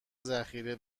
ذخیره